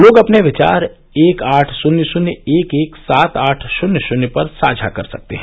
लोग अपने विचार एक आठ शून्य शून्य एक एक सात आठ शून्य शून्य पर साझा कर सकते हैं